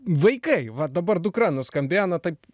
vaikai va dabar dukra nuskambėjo na taip